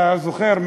אתה זוכר?